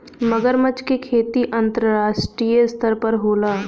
मगरमच्छ क खेती अंतरराष्ट्रीय स्तर पर होला